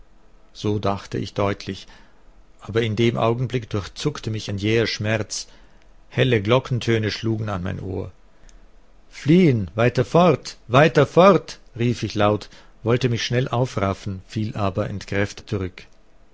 so dachte ich deutlich aber in dem augenblick durchzuckte mich ein jäher schmerz helle glockentöne schlugen an mein ohr fliehen weiter fort weiter fort rief ich laut wollte mich schnell aufraffen fiel aber entkräftet zurück